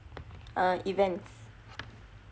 uh events